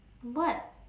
what